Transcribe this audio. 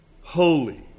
holy